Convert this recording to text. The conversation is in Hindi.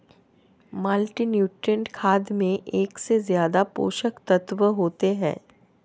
मल्टीनुट्रिएंट खाद में एक से ज्यादा पोषक तत्त्व होते है